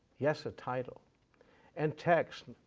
yes, a title and text,